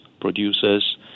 producers